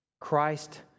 Christ